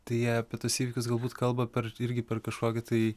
tai apie tuos įvykius galbūt kalba per irgi per kažkokį tai